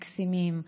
מקסימים,